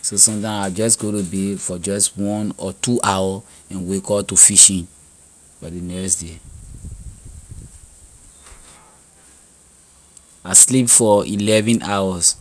so sometime I just bay for just one or two hour and wake up to fishing for ley next day. I sleep for eleven hours.